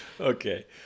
Okay